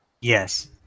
yes